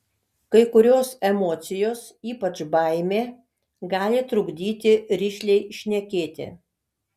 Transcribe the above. kai kurios emocijos ypač baimė gali trukdyti rišliai šnekėti